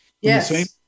Yes